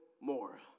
more